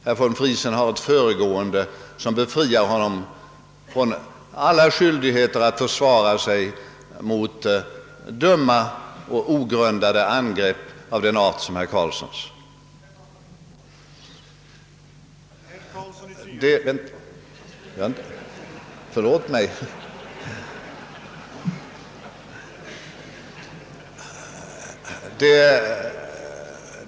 Herr von Friesen har ett föregående som befriar honom från alla skyldigheter att försvara sig mot sådana dumma och ogrundade angrepp som herr Carlssons.